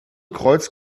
kreuz